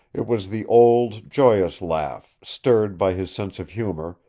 it was the old, joyous laugh, stirred by his sense of humor,